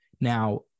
Now